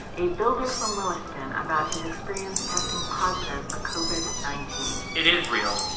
a builder from williston about his experience testing positive for covid nineteen. it is real,